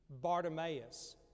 Bartimaeus